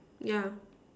yeah